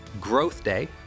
#GrowthDay